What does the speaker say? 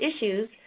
issues